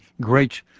great